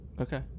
Okay